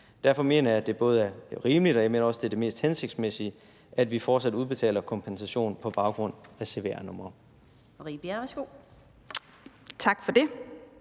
Derfor mener jeg, at det både er rimeligt og det mest hensigtsmæssige, at vi fortsat udbetaler kompensation på baggrund af cvr-numre.